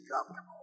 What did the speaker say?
comfortable